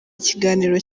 ikiganiro